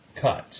cuts